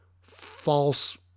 false